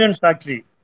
factory